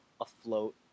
afloat